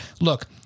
Look